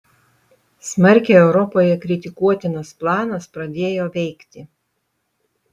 smarkiai europoje kritikuotinas planas pradėjo veikti